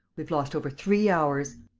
we've lost over three hours.